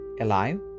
alive